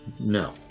No